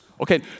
Okay